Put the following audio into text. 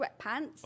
sweatpants